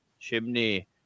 Chimney